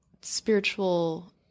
spiritual